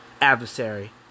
adversary